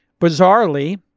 bizarrely